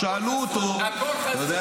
שאלו אותו --- לא, הכול חסוי.